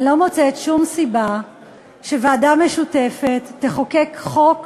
אני לא מוצאת שום סיבה שוועדה משותפת תחוקק חוק שכזה.